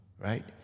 right